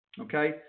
Okay